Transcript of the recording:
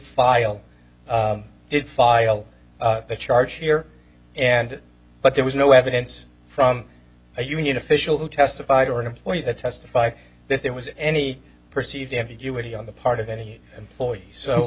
file did file a charge here and but there was no evidence from a union official who testified or an employee that testified that there was any perceived ambiguity on the part of any employee so